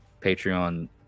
Patreon